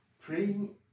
praying